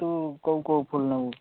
ହଁ କେଉଁ କେଉଁ ଫୁଲ ନେବୁ